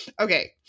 Okay